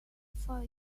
for